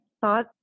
thought